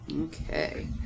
Okay